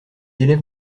élèves